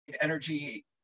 energy